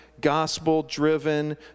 gospel-driven